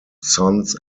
sons